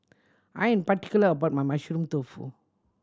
I am particular about my Mushroom Tofu